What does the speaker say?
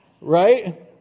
Right